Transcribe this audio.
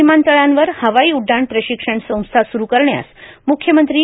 विमानतळांवर हवाई उड्डाण प्रशिक्षण संस्था सुरू करण्यास मुख्यमंत्री श्री